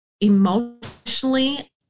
emotionally